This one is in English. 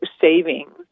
savings